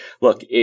Look